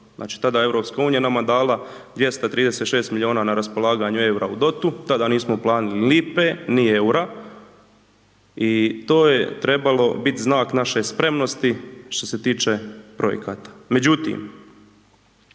tada EU nama dala 236 milijuna na raspolaganje eura u .../nerazumljivo/..., tada nismo platili lipe ni eura i to je trebalo biti znak naše spremnosti što se tiče projekata.